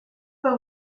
fue